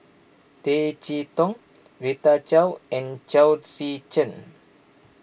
Tay Chee Toh Rita Chao and Chao Tzee Cheng